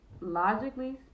logically